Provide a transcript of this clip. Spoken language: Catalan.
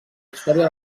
història